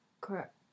Correct